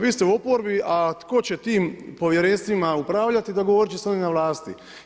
Vi ste u oporbi, a tko će tim povjerenstvima upravljati, dogovorit će se ovi na vlasti.